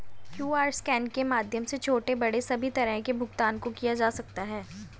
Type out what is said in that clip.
QR scan के माध्यम से छोटे बड़े सभी तरह के भुगतान को किया जा सकता है